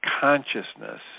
consciousness